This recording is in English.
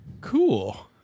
cool